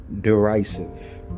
derisive